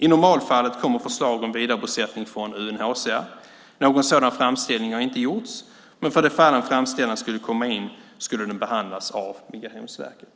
I normalfallet kommer förslag om vidarebosättning från UNHCR. Någon sådan framställning har inte gjorts, men för det fall en framställan skulle komma in skulle den behandlas av Migrationsverket.